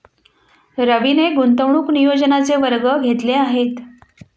रवीने गुंतवणूक नियोजनाचे वर्ग घेतले आहेत